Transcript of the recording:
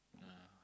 yeah